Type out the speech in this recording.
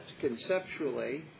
conceptually